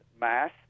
mass